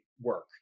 work